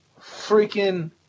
freaking